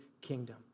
kingdom